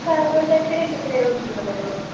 cargo ടൈപിനൊക്കെ എത്രയാവുമെന്ന് പറയാമോ